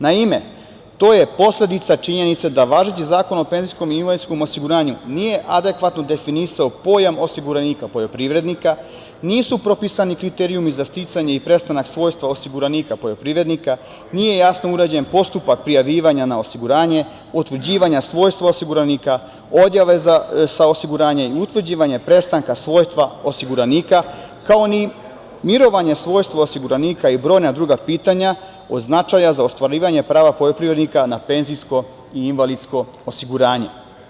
Naima to je posledica činjenice da važeći Zakon o PIO nije na adekvatan način definisao pojam osiguranika, poljoprivrednika, nisu propisani kriterijumi za sticanje i prestanak svojstva osiguranika poljoprivrednika, nije jasno urađen postupak prijavljivanja na osiguranje, otuđivanje svojstva osiguranika, odjava sa osiguranja i utvrđivanje prestanka svojstva osiguranika, kao ni mirovanje svojstva osiguranika i brojna druga pitanja, od značaja za ostvarivanje prava poljoprivrednika na penzijsko i invalidsko osiguranje.